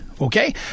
Okay